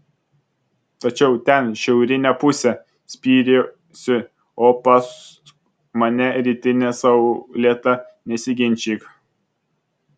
tačiau ten šiaurinė pusė spyriausi o pas mane rytinė saulėta nesiginčyk